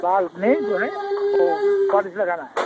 बाल में जो है वो पॉलिस लगाना है